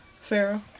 Pharaoh